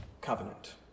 covenant